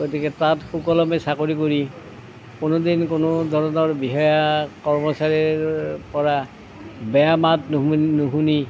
গতিকে তাত সুকলমে চাকৰি কৰি কোনো দিন কোনো ধৰণৰ বেয়া কৰ্মচাৰীৰ পৰা বেয়া মাত নুশুনি